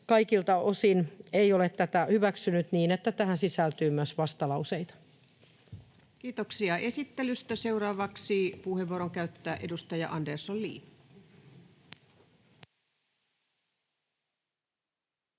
kaikilta osin ei ole tätä hyväksynyt, joten tähän sisältyy myös vastalauseita. Kiitoksia esittelystä. — Seuraavaksi puheenvuoron käyttää edustaja Andersson, Li. Arvoisa